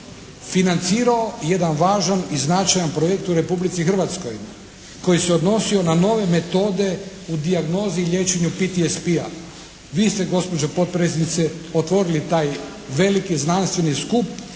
financirao jedan važan i značajan projekt u Republici Hrvatskoj koji se je odnosio na nove metode u dijagnozi i liječenju PTSP-a. Vi ste gospođo potpredsjednice otvorili taj veliki znanstveni skup